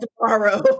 tomorrow